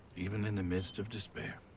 even in the midst of despair.